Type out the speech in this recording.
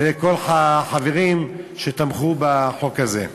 לכל החברים שתמכו בחוק הזה.